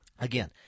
again